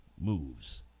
moves